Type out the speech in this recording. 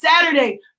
Saturday